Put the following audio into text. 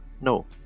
no